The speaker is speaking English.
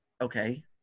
okay